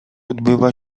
odbywa